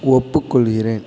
ஒப்புக்கொள்கிறேன்